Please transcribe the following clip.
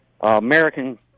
American—